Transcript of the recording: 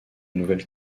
nouvelle